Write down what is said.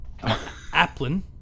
Applin